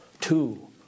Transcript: Two